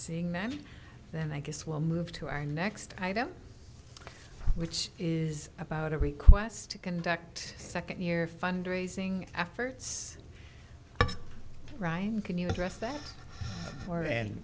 seeing men then i guess we'll move to our next which is about a request to conduct second year fundraising efforts right can you address that far and